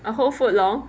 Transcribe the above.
a whole foot long